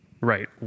Right